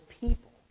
people